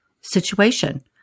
situation